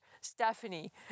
Stephanie